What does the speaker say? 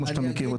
כמו שאתה יודע.